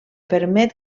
permet